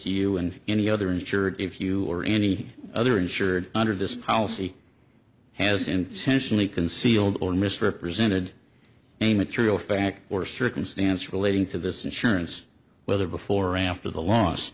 you and any other insurer if you or any other insured under this policy has intentionally concealed or misrepresented a material fact or circumstance relating to this insurance whether before or after the l